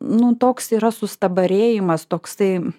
nu toks yra sustabarėjimas toksai